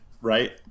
right